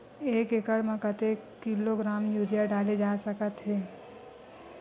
एक एकड़ म कतेक किलोग्राम यूरिया डाले जा सकत हे?